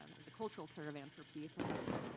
ah the cultural caravan for peace. i have